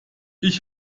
ich